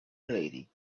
lady